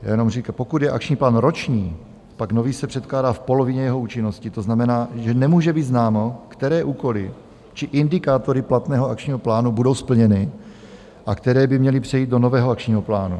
Jenom říkám, pokud je akční plán roční, pak nový se předkládá v polovině jeho účinnosti, to znamená, že nemůže být známo, které úkoly či indikátory platného akčního plánu budou splněny a které by měly přejít do nového akčního plánu.